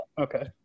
Okay